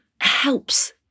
helps